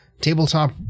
tabletop